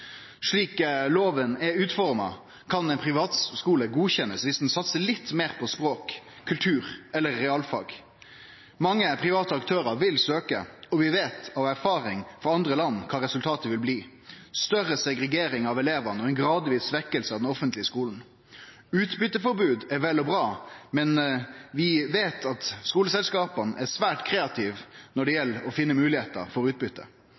Slik loven er utforma, kan ein privatskule godkjennast dersom ein satsar litt meir på språk, kultur eller realfag. Mange private aktørar vil søkje, og vi veit av erfaring frå andre land kva resultatet vil bli: større segregering av elevane og ei gradvis svekking av den offentlege skolen. Utbytteforbod er vel og bra, men vi veit at skuleselskapa er svært kreative når det gjeld å finne moglegheiter for